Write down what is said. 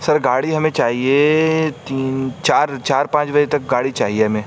سر گاڑی ہمیں چاہیے تین چار چار پانچ بجے تک گاڑی چاہیے ہمیں